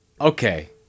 okay